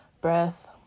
breath